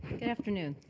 good afternoon.